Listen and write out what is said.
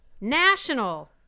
National